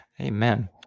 amen